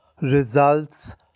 results